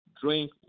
drink